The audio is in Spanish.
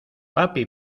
papi